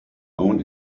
own